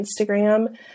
Instagram